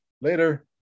later